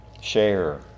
share